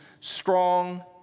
strong